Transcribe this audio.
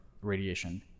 radiation